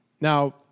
Now